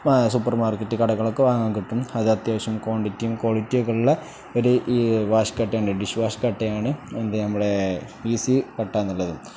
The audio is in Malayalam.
സൂപ്പർ മാർക്കറ്റ് കടകളൊക്കെ വാങ്ങാൻ കിട്ടും അത് അത്യാവശ്യം ക്വാണ്ടിറ്റിയും ക്വാളിറ്റി ഒക്കെയുള്ള ഒരു വാഷ് കട്ടയുണ്ട് ഡിഷ് വാഷ് കട്ടയാണ് എത് നമ്മളുടെ ഈസി കട്ട എന്നുള്ളത്